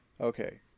okay